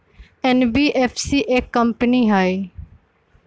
NBFC एक company हई?